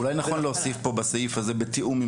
אולי נכון להוסיף פה בסעיף הזה, בתיאום עם